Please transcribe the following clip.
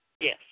Yes